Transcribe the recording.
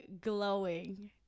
glowing